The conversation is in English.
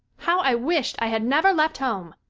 how i wished i had never left home!